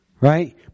Right